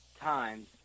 times